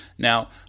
Now